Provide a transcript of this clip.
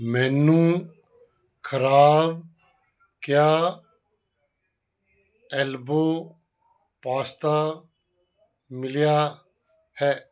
ਮੈਨੂੰ ਖ਼ਰਾਬ ਕਿਆ ਐਲਬੋ ਪਾਸਤਾ ਮਿਲਿਆ ਹੈ